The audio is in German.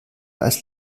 als